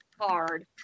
hard